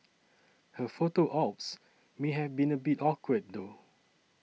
her photo ops may have been a bit awkward though